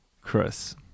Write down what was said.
Chris